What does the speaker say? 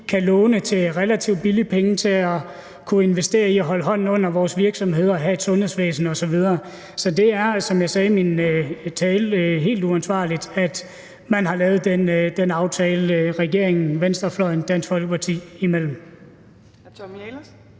kan låne til relativt billige penge til at kunne investere i at holde hånden under vores virksomheder og have et sundhedsvæsen osv. Så det er, som jeg sagde i min tale, helt uansvarligt, at man har lavet den aftale regeringen, venstrefløjen og Dansk Folkeparti imellem.